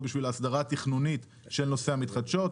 בשביל ההסדרה התכנונית של נושא המתחדשות,